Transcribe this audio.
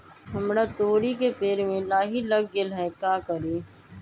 हमरा तोरी के पेड़ में लाही लग गेल है का करी?